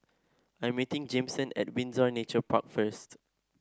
I'm meeting Jameson at Windsor Nature Park first